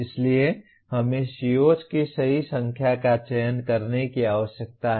इसलिए हमें COs की सही संख्या का चयन करने की आवश्यकता है